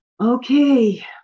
Okay